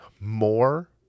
more